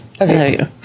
Okay